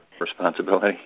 responsibility